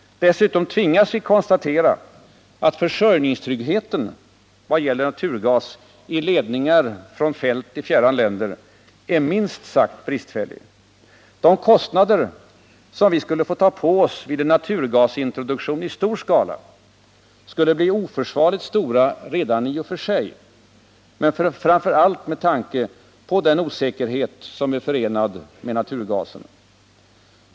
Dessutom tvingas vi konstatera att försörjningstryggheten vad gäller naturgas i ledningar från fält i fjärran länder är minst sagt bristfällig. De kostnader vi skulle få ta på oss vid en naturgasintroduktion i stor skala skulle bli oförsvarligt stora redan i sig men framför allt med tanke på den osäkerhet som är förenad med naturgasen.